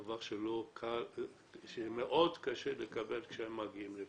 דבר שמאוד קשה לקבל כשהם מגיעים לפה.